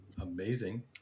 Amazing